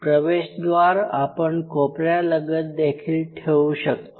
प्रवेशद्वार आपण कोपऱ्यालगत देखील ठेऊ शकतो